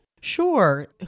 Sure